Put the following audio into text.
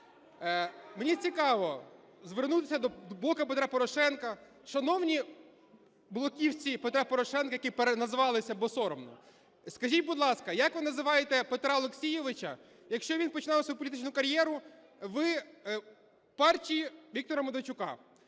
Мені цікаво звернуся до "Блоку Петра Порошенка". Шановні блоківці Петра Порошенка, які переназвалися, бо соромно, скажіть, будь ласка, як ви називаєте Петра Олексійовича, якщо він починав свою політичну кар'єру в партії Віктора Медведчука,